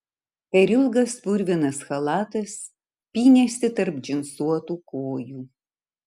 per ilgas purvinas chalatas pynėsi tarp džinsuotų kojų